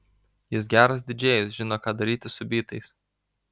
jis geras didžėjus žino ką daryti su bytais